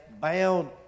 bound